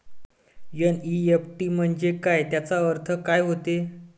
NEFT म्हंजे काय, त्याचा अर्थ काय होते?